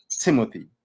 timothy